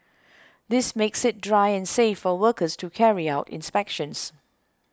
this makes it dry and safe for workers to carry out inspections